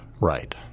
Right